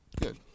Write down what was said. good